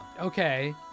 okay